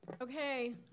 Okay